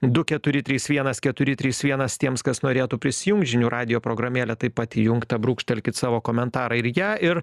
du keturi trys vienas keturi trys vienas tiems kas norėtų prisijungt žinių radijo programėlė taip pat įjungta brūkštelkit savo komentarą ir į ją ir